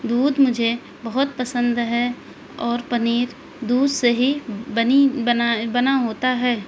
دودھ مجھے بہت پسند ہے اور پنیر دودھ سے ہی بنی بنا بنا ہوتا ہے